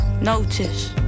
Notice